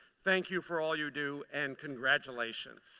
thank you for all you do, and congratulations.